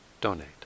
donate